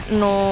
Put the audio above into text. no